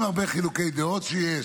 עם הרבה חילוקי דעות שיש,